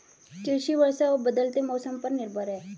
कृषि वर्षा और बदलते मौसम पर निर्भर है